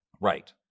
Right